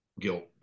guilt